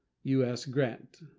u s. grant.